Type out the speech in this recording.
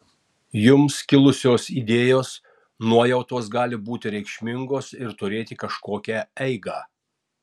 jums kilusios idėjos nuojautos gali būti reikšmingos ir turėti kažkokią eigą